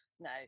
no